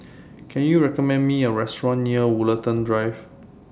Can YOU recommend Me A Restaurant near Woollerton Drive